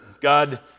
God